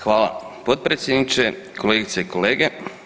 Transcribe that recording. Hvala, potpredsjedniče, kolegice i kolege.